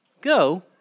Go